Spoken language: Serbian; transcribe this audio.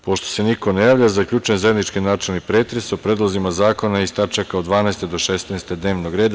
Pošto se niko ne javlja, zaključujem zajednički načelni pretres o predlozima zakona iz tačka od 12. do 16. dnevnog reda.